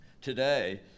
today